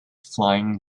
flying